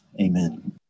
Amen